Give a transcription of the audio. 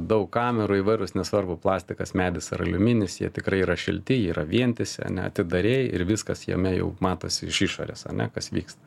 daug kamerų įvairūs nesvarbu plastikas medis ar aliuminis jie tikrai yra šilti jie yra vientisi neatidarei ir viskas jame jau matosi iš išorės ane kas vyksta